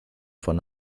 von